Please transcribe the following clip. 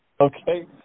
Okay